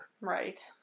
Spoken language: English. right